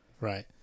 Right